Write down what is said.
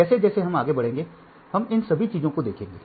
जैसे जैसे हम आगे बढ़ेंगे हम इन सभी चीजों को देखेंगे